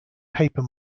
paper